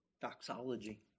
doxology